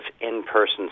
in-person